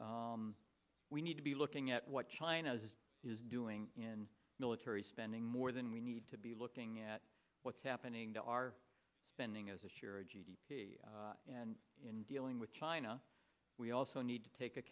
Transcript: p we need to be looking at what china is doing in military spending more than we need to be looking at what's happening to our spending as a share of g d p and in dealing with china we also need to take a